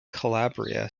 calabria